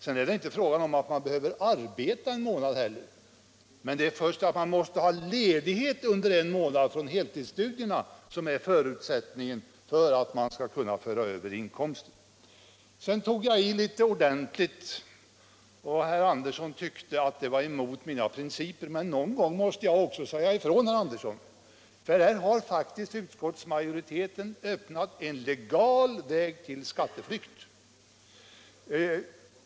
Det är inte heller fråga om att man behöver arbeta där en månad, men förutsättningen för att man skall kunna föra över inkomsten är att man har ledighet från heltidsstudierna under en hel månad. Jag tog i ordentligt, och herr Andersson tyckte att det var emot mina principer. Men någon gång måste också jag säga ifrån, herr Andersson! Här har faktiskt utskottsmajoriteten öppnat en legal väg till skatteflykt.